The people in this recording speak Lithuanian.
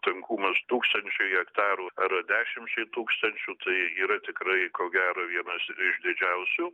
tankumas tūkstančiui hektarų ar dešimčiai tūkstančių tai yra tikrai ko gero vienas iš didžiausių